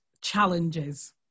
challenges